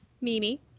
Mimi